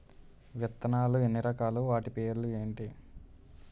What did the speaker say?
విత్తనాలు ఎన్ని రకాలు, వాటి పేర్లు ఏంటి?